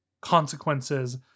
consequences